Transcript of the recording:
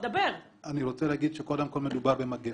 אני רוצה להגיד שקודם כול מדובר במגפה.